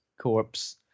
corpse